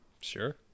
sure